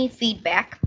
feedback